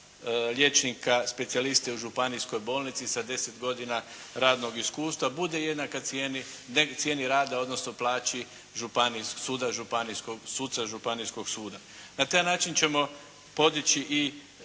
liječnika specijalista u županijskoj bolnici sa 10 godina radnog iskustva bude jednaka cijeni rada, odnosno plaći suca županijskog suda. Na taj način ćemo podići i